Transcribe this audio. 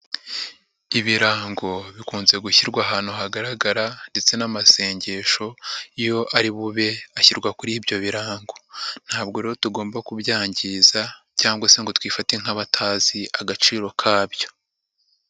Ibirango bikunze gushyirwa ahantu hagaragara ndetse n'amasengesho iyo ari bube ashyirwa kuri ibyo birango. Ntabwo rero tugomba kubyangiza cyangwa se ngo twifate nk'abatazi agaciro kabyo.